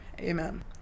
Amen